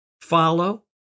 follow